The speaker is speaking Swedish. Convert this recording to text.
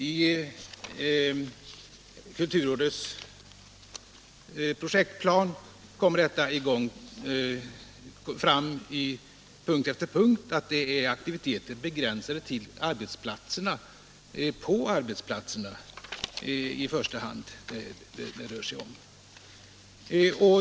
I kulturrådets projektplan kommer det fram på punkt efter punkt att det är aktiviteter begränsade i första hand till arbetsplatserna som det gäller.